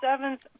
seventh